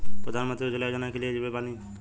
प्रधानमंत्री उज्जवला योजना के लिए एलिजिबल बानी?